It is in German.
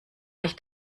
nicht